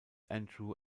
andrew